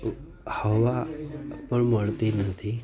હવા પણ મળતી નથી